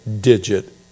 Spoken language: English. digit